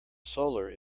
solar